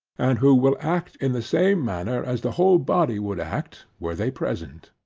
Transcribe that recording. and who will act in the same manner as the whole body would act were they present.